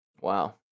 Wow